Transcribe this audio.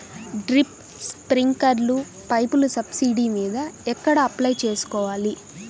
Drip, స్ప్రింకర్లు పైపులు subsidy మీద ఎక్కడ అప్లై చేసుకోవాలి?